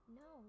no